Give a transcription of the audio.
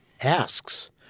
asks